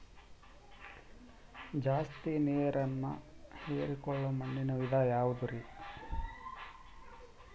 ಜಾಸ್ತಿ ನೇರನ್ನ ಹೇರಿಕೊಳ್ಳೊ ಮಣ್ಣಿನ ವಿಧ ಯಾವುದುರಿ?